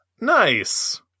nice